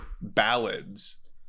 ballads